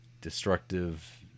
destructive